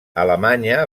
alemanya